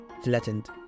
flattened